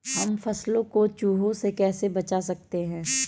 हम फसलों को चूहों से कैसे बचा सकते हैं?